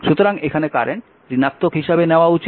সুতরাং এখানে কারেন্ট ঋণাত্মক হিসাবে নেওয়া উচিত